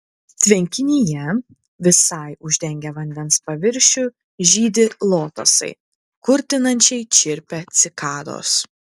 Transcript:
tvenkinyje visai uždengę vandens paviršių žydi lotosai kurtinančiai čirpia cikados